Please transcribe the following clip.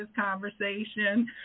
conversation